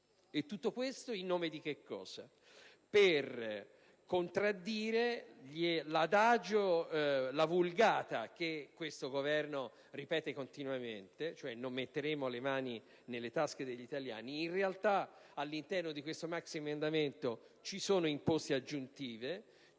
tutto questo in nome di che cosa? Per contraddire l'adagio, la vulgata che l'attuale Governo ripete continuamente, vale a dire: «Non metteremo le mani nelle tasche degli italiani», in realtà, all'interno di questo maxiemendamento ci sono imposte aggiuntive;